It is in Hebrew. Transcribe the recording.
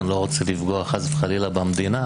אני לא רוצה לפגוע חס וחלילה במדינה,